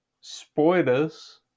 Spoilers